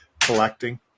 collecting